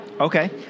Okay